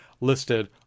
listed